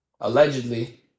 Allegedly